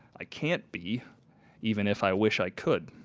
i can't be even if i wish i could.